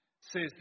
says